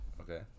Okay